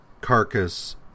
Carcass